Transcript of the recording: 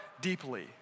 deeply